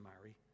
marry